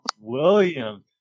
Williams